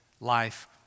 life